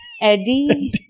Eddie